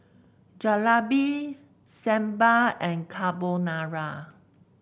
Jalebi Sambar and Carbonara